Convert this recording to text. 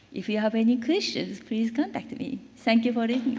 if you have any qestions, please contact me. thank you very